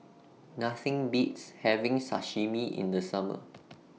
Nothing Beats having Sashimi in The Summer